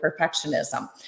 perfectionism